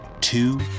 two